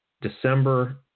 December